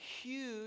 huge